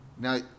Now